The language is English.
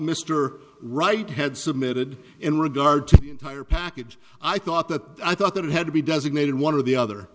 mr wright had submitted in regard to the entire package i thought that i thought that it had to be designated one or the other